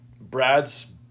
Brad's